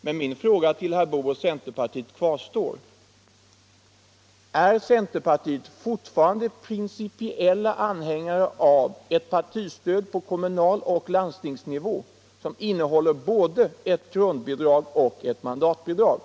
Men min fråga till herr Boo och centerpartiet kvarstår: Är ni i centerpartiet fortfarande principiella anhängare av ett partistöd på kommunaloch landstingsnivå som innehåller både ett grundbidrag och ett mandatbidrag?